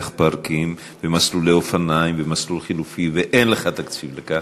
פארקים ומסלולי אופניים ומסלול חלופי ואין לך תקציב לכך,